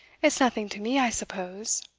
it's nothing to me, i suppose?